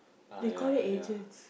they call it agents